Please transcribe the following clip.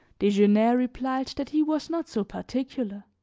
desgenais replied that he was not so particular.